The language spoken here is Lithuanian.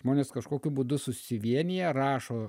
žmonės kažkokiu būdu susivienija rašo